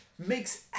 makes